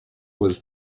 was